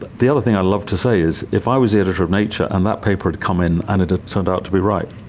the the other thing i love to say is if i was the editor of nature and that paper had come in and it had turned out to be right,